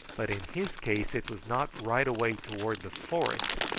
but in his case it was not right away toward the forest,